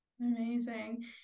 Amazing